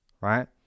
right